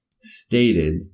stated